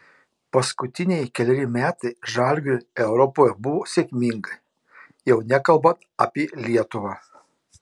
paskutiniai keleri metai žalgiriui europoje buvo sėkmingai jau nekalbant apie lietuvą